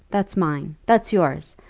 that's mine! that's yours!